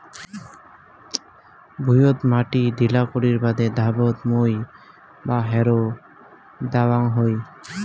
ভুঁইয়ত মাটি ঢিলা করির বাদে ধাতব মই বা হ্যারো দ্যাওয়াং হই